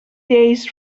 days